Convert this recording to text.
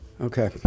Okay